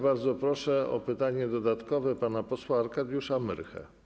Bardzo proszę o pytanie dodatkowe pana posła Arkadiusza Myrchę.